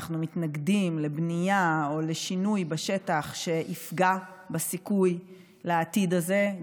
אנחנו מתנגדים לבנייה או לשינוי בשטח שיפגע בסיכוי לעתיד הזה,